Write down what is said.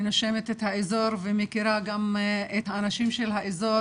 ונושמת את האזור ומכירה גם את האנשים של האזור